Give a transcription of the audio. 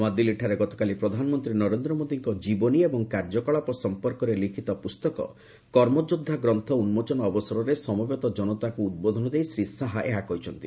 ନ୍ତଆଦିଲ୍ଲୀଠାରେ ଗତକାଲି ପ୍ରଧାନମନ୍ତ୍ରୀ ନରେନ୍ଦ୍ର ମୋଦୀଙ୍କ ଜୀବନୀ ଏବଂ କାର୍ଯ୍ୟକଳାପ ସମ୍ପର୍କରେ ଲିଖିତ ପୁସ୍ତକ 'କର୍ମଯୋଦ୍ଧା ଗ୍ରନ୍ଥ' ଉନ୍କୋଚନ ଅବସରରେ ସମବେତ ଜନତାଙ୍କୁ ଉଦ୍ବୋଧନ ଦେଇ ଶ୍ରୀ ଶାହା ଏହା କହିଛନ୍ତି